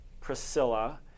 Priscilla